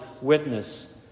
witness